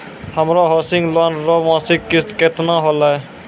हमरो housing loan रो मासिक किस्त केतना होलै?